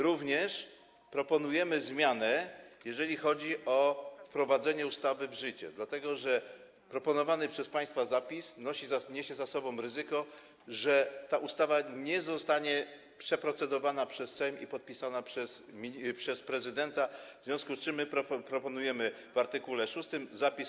Również proponujemy zmianę, jeżeli chodzi o wprowadzenie ustawy w życie, dlatego że proponowany przez państwa zapis niesie ze sobą ryzyko, że ta ustawa nie zostanie przeprocedowana przez Sejm i podpisana przez prezydenta, w związku z czym my proponujemy w art. 6 zapis: